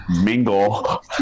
mingle